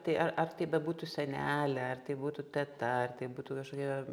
tai ar ar tai bebūtų sienelė ar tai būtų teta ar tai būtų kažkokia